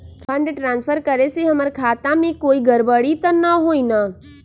Fund transfer करे से हमर खाता में कोई गड़बड़ी त न होई न?